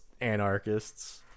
anarchists